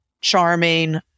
charming